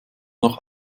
noch